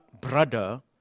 brother